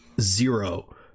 Zero